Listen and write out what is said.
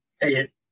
hey